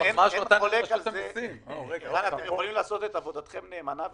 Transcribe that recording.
אתם יכולים לעשות עבודתכם נאמנה,